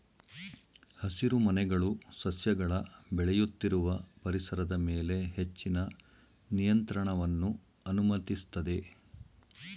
ಹಸಿರುಮನೆಗಳು ಸಸ್ಯಗಳ ಬೆಳೆಯುತ್ತಿರುವ ಪರಿಸರದ ಮೇಲೆ ಹೆಚ್ಚಿನ ನಿಯಂತ್ರಣವನ್ನು ಅನುಮತಿಸ್ತದೆ